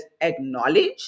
acknowledge